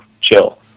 chill